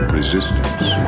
Resistance